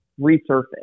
resurface